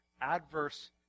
adverse